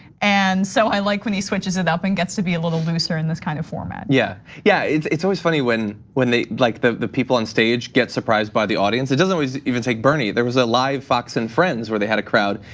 and so i like when he switches it up and gets to be a little looser in this kind of format. yeah, yeah it's it's always funny when when like the the people on stage get surprised by the audience. it doesn't always even take bernie. there was a live fox and friends where they had a crowd,